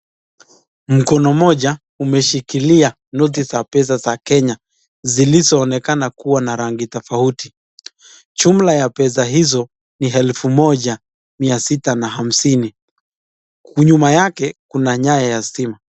Mkono moja umeshikilia noti za pesa za kenya zilizizo onekana kuwa na rangi tofauti jumla ya pesa hizo ni elfu moja mia sita na hamsini, nyuma yake kuna nyayo ya stima.